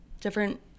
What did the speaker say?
different